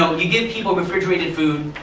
so you give people refrigerated food,